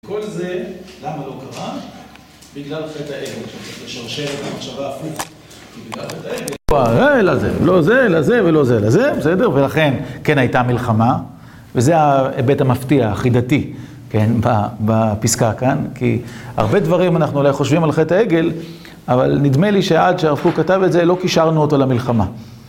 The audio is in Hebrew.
כל זה, למה לא קרה? בגלל חטא העגל, שזה שרשרת המחשבה הפוך. בגלל חטא העגל. לא זה, אלא זה, לא זה, אלא זה, ולא זה, אלא זה, בסדר? ולכן, כן הייתה מלחמה, וזה ההיבט המפתיע, החידתי, כן? בפסקה כאן, כי הרבה דברים אנחנו אולי חושבים על חטא העגל, אבל נדמה לי שעד שהרב קוק כתב את זה, לא קישרנו אותו למלחמה.